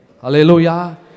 Hallelujah